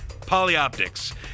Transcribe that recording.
PolyOptics